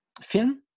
film